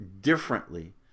differently